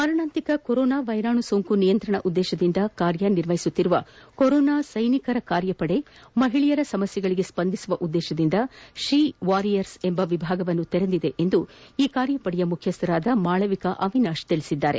ಮಾರಣಾಂತಿಕ ಕೊರೊನಾ ವೈರಾಣು ಸೋಂಕು ನಿಯಂತ್ರಣ ಉದ್ದೇಶದಿಂದ ಕಾರ್ಯನಿರ್ವಹಿಸುತ್ತಿರುವ ಕೊರೊನಾ ಸೈನಿಕರ ಕಾರ್ಯಪಡೆ ಮಹಿಳೆಯರ ಸಮಸ್ಥೆಗಳಿಗೆ ಸ್ಪಂದಿಸುವ ಉದ್ದೇಶದಿಂದ ಶೀ ವಾರಿಯರ್ಸ್ ಎಂಬ ವಿಭಾಗ ತೆರೆದಿದೆ ಎಂದು ಈ ಕಾರ್ಯಪಡೆಯ ಮುಖ್ಖಜ್ಜೆ ಮಾಳವಿಕಾ ಅವಿನಾಶ್ ತಿಳಿಸಿದ್ದಾರೆ